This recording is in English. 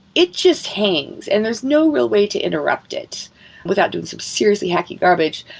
it just hangs and there's no real way to interrupt it without doing some seriously hacky garbage,